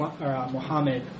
Muhammad